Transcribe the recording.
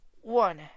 One